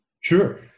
Sure